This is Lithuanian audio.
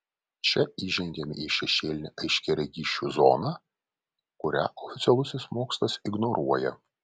čia įžengiame į šešėlinę aiškiaregysčių zoną kurią oficialusis mokslas ignoruoja